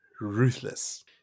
ruthless